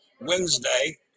Wednesday